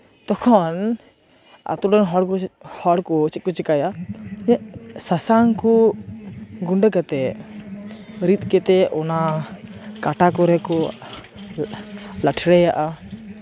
ᱛᱚᱠᱷᱚᱱ ᱟᱛᱳ ᱨᱮᱱ ᱦᱚᱲ ᱠᱚ ᱪᱮᱫ ᱠᱚ ᱪᱤᱠᱟᱭᱟ ᱡᱮ ᱥᱟᱥᱟᱝ ᱠᱚ ᱜᱩᱸᱰᱟᱹ ᱠᱟᱛᱮ ᱨᱤᱫᱽ ᱠᱟᱛᱮ ᱚᱱᱟ ᱠᱟᱴᱟ ᱠᱚᱨᱮ ᱠᱚ ᱞᱟᱴᱷᱮᱣᱟᱜᱼᱟ